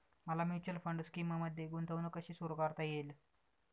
मला mutual fund स्कीममध्ये गुंतवणूक कशी सुरू करता येईल?